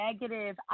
negative